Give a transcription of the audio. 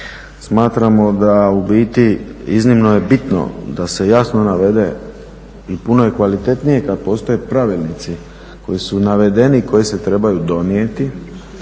Smatramo da u biti iznimno je bitno da se jasno navede i puno je kvalitetnije kad postoje pravilnici koji su navedeni, koji se trebaju donijeti,